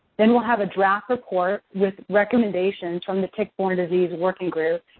then, we'll have a draft report with recommendations from the tick-borne disease working group,